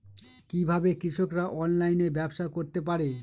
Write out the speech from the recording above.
কিভাবে কৃষকরা অনলাইনে ব্যবসা করতে পারে?